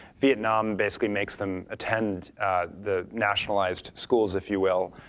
vietnam basically makes them attend the nationalized schools, if you will,